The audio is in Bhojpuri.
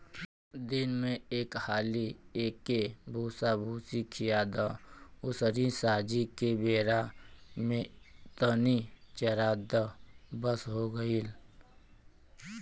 दिन में एक हाली एके भूसाभूसी खिया द अउरी सांझी के बेरा में तनी चरा द बस हो गईल